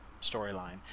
storyline